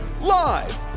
Live